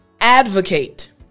advocate